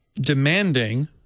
demanding